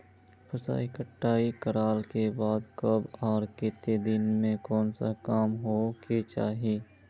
फसल कटाई करला के बाद कब आर केते दिन में कोन सा काम होय के चाहिए?